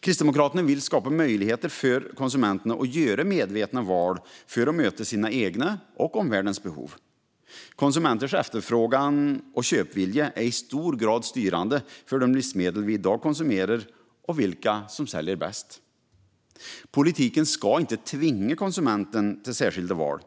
Kristdemokraterna vill skapa möjligheter för konsumenterna att göra medvetna val för att möta sina egna och omvärldens behov. Konsumenters efterfrågan och köpvilja är i hög grad styrande för de livsmedel vi i dag konsumerar och vilka som säljer bäst. Politiken ska inte tvinga konsumenten till särskilda val,